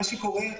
מה שקורה,